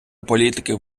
політиків